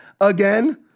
again